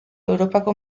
europako